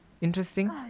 Interesting